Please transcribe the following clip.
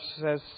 says